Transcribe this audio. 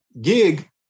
gig